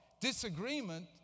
disagreement